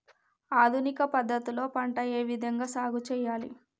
ఆధునిక పద్ధతి లో పంట ఏ విధంగా సాగు చేయాలి?